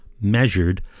measured